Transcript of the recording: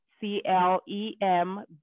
c-l-e-m